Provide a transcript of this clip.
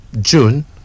June